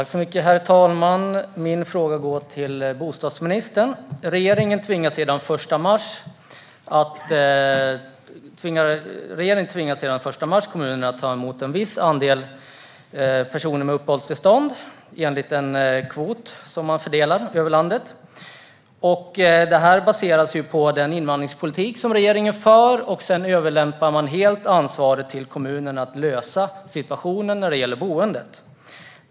Herr talman! Min fråga går till bostadsministern. Regeringen tvingar sedan den 1 mars kommunerna att ta emot en viss andel personer med uppehållstillstånd, enligt en kvot som fördelas över landet. Detta baseras på den invandringspolitik som regeringen för. Ansvaret för att lösa boendesituationen lämpar man över på kommunerna.